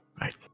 Right